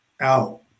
out